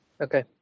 Okay